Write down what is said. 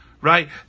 right